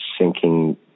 sinking